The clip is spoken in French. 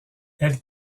elle